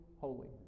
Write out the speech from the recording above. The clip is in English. holy